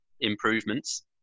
improvements